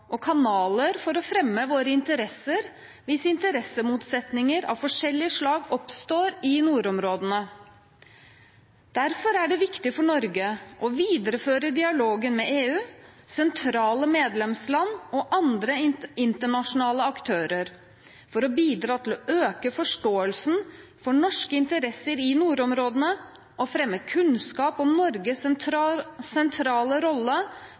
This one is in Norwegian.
og kanaler for å fremme sine interesser hvis interessemotsetninger av forskjellige slag oppstår i nordområdene. Derfor er det viktig for Norge å videreføre dialogen med EU, sentrale medlemsland og andre internasjonale aktører for å bidra til å øke forståelsen for norske interesser i nordområdene og fremme kunnskap om Norges sentrale rolle